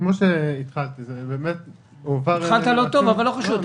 כמו שהתחלתי --- התחלת לא טוב אבל לא חשוב,